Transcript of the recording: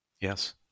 Yes